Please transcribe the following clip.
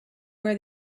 where